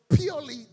Purely